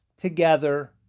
together